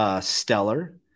Stellar